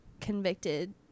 convicted